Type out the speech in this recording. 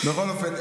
בכל אופן,